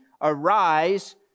arise